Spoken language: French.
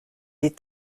les